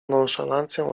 nonszalancją